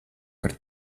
par